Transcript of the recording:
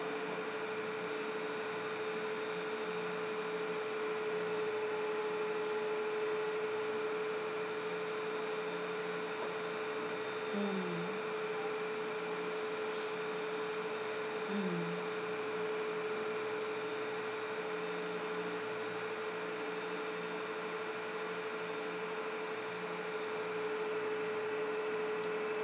mm mm